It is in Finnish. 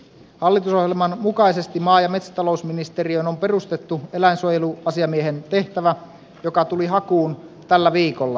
hallitusohjelman mukaisesti maa ja metsätalousministeriöön on perustettu eläinsuojeluasiamiehen tehtävä joka tuli hakuun tällä viikolla